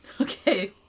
Okay